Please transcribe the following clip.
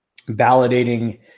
validating